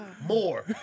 more